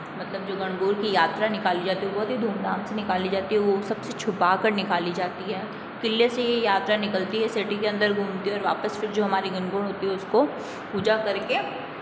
मतलब की जो गणगौर की यात्रा निकाली जाती है वो बहुत ही धूम धाम से निकाली जाती है वो सबसे छुपा कर निकाली जाती है किले से ये यात्रा निकलती है सिटी के अंदर घूमती है और वापस से फिर जो हमारी गणगौर होती है उसको पूजा करके